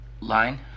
Line